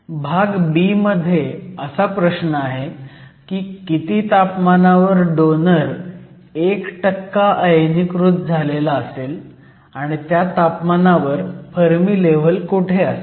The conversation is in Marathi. भाग b मध्ये असा प्रश आहे की किती तापमानावर डोनर 1 आयनीकृत झालेला असेल आणि त्या तापमानावर फर्मी लेव्हल कुठे असेल